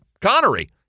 Connery